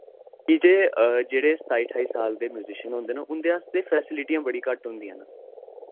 नेईं ते जेह्ड़े सताई ठाई साल दे म्यूजिशयन होंदे न उं'दे आस्तै फैसीलिटियां बड़ी घट्ट होंदियां न